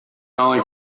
only